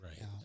Right